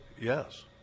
yes